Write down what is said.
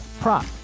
prop